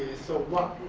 so what